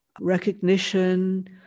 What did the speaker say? recognition